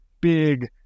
big